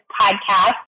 podcast